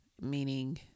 meaning